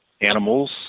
animals